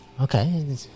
okay